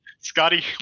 Scotty